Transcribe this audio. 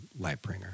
Lightbringer